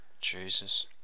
Jesus